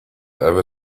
ever